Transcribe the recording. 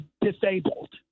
disabled